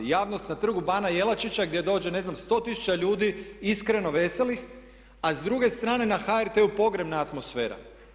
Javnost na Trgu bana Jelačića gdje dođe ne znam 100 tisuća ljudi, iskreno veselih a s druge strane na HRT pogrebna atmosfera.